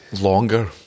longer